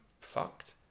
fucked